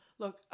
Look